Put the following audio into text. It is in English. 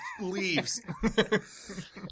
Leaves